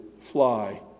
fly